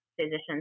physicians